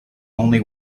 only